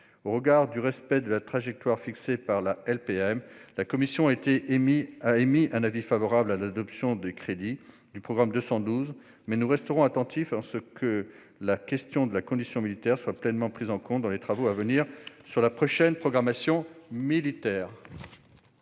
Au regard du respect de la trajectoire fixée dans la LPM, la commission a émis un avis favorable sur l'adoption des crédits du programme 212, mais nous resterons attentifs pour que la question de la condition militaire soit pleinement prise en compte dans les travaux à venir sur la prochaine programmation budgétaire.